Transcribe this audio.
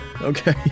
okay